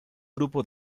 grupo